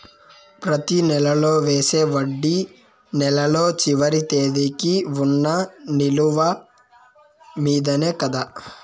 ప్రతి నెల వేసే వడ్డీ నెలలో చివరి తేదీకి వున్న నిలువ మీదనే కదా?